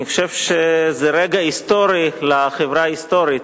אני חושב שזה רגע היסטורי לחברה ההיסטורית,